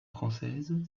française